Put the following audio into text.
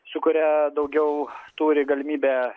s ukuria daugiau turi galimybę